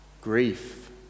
Grief